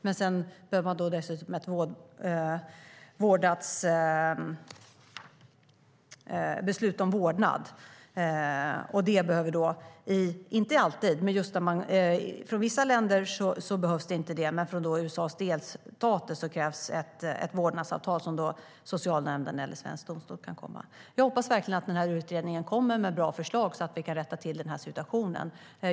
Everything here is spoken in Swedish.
Sedan behöver man dessutom ett beslut om vårdnad. Det behövs inte alltid. För vissa länder behövs det inte. Men från USA:s delstater krävs ett vårdnadsavtal från socialnämnden eller svensk domstol. Jag hoppas verkligen att den här utredningen kommer med bra förslag så att vi kan rätta till denna situation.